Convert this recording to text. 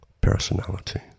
personality